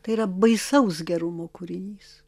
tai yra baisaus gerumo kūrinys